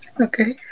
Okay